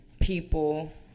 People